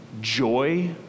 joy